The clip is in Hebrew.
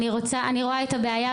אני רואה את הבעיה.